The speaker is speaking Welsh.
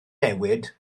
newid